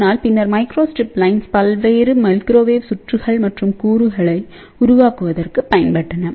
ஆனால் பின்னர் microstrip lines பல்வேறு மைக்ரோவேவ் சுற்றுகள் மற்றும் கூறுகளை உருவாக்குவதற்கு பயன்பட்டன